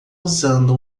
usando